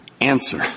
answer